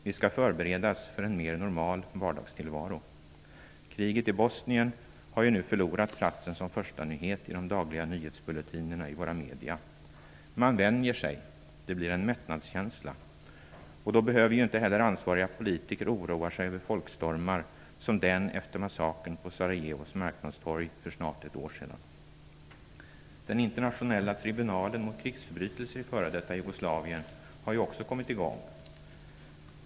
Vi skall förberedas för en mer normal vardagstillvaro. Kriget i Bosnien har ju nu förlorat platsen som förstanyhet i de dagliga nyhetsbulletinerna i våra medier. Man vänjer sig. Det blir en mättnadskänsla. Då behöver ju inte heller ansvariga politiker oroa sig över folkstormar, som den efter massakern på Sarajevos marknadstorg för snart ett år sedan. Den internationella tribunalen mot krigsförbrytelser i f.d. Jugoslavien har nu också kommit i gång.